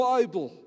Bible